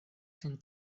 sen